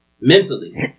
Mentally